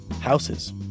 houses